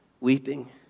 weeping